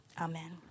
amen